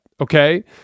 okay